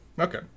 Okay